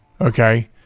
Okay